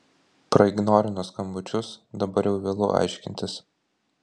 praignorino skambučius dabar jau vėlu aiškintis